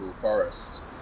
forest